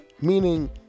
meaning